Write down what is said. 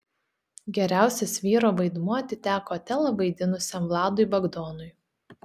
geriausias vyro vaidmuo atiteko otelą vaidinusiam vladui bagdonui